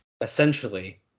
essentially